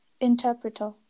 Interpreter